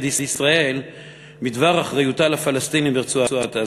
ישראל בדבר אחריותה לפלסטינים ברצועת-עזה.